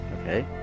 Okay